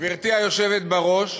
גברתי היושבת בראש,